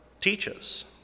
teaches